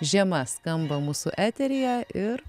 žiema skamba mūsų eteryje ir